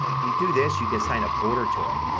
when you do this you can assign a border to it.